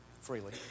freely